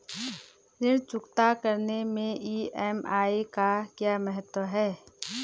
ऋण चुकता करने मैं ई.एम.आई का क्या महत्व है?